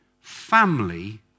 Family